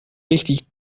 richtig